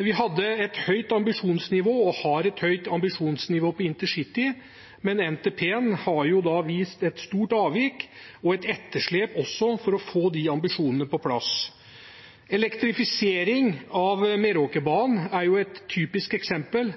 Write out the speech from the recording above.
Vi hadde og har et høyt ambisjonsnivå når det gjelder intercity, men NTP-en har vist et stort avvik og også et etterslep i å få de ambisjonene på plass. Elektrifisering av Meråkerbanen er et typisk eksempel.